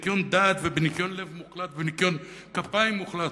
בניקיון דעת ובניקיון לב מוחלט ובניקיון כפיים מוחלט,